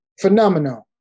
phenomenon